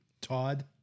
Todd